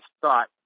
thought